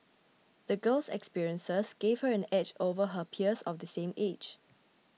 the girl's experiences gave her an edge over her peers of the same age